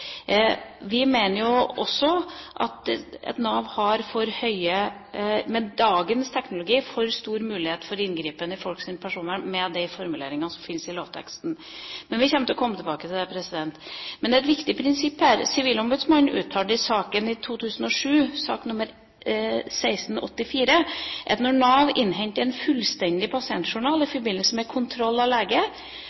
Vi mener også at Nav med dagens teknologi har for stor mulighet for inngripen i folks personvern med de formuleringene som fins i lovteksten. Vi kommer til å komme tilbake til det. Det er et viktig prinsipp her. Sivilombudsmannen uttalte i saken i 2007, sak nr. 1682, at når Nav innhenter en fullstendig pasientjournal i